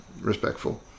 respectful